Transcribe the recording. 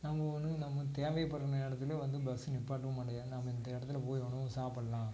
நம்ம வந்து நம்ம தேவைப்படுற நேரத்தில் வந்து பஸ்ஸு நிப்பாட்டவும் மாட்டாங்க ஏன்னா நம்ம இந்த இடத்துல போய் உணவு சாப்பிட்லாம்